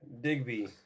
Digby